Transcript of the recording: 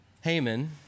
Haman